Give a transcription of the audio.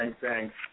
thanks